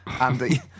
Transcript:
Andy